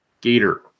Gator